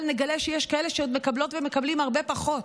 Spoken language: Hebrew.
נגלה שיש כאלה שעוד מקבלות ומקבלים הרבה פחות.